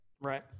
Right